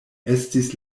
estis